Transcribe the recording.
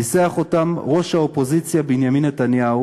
ניסח אותם ראש האופוזיציה בנימין נתניהו